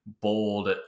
bold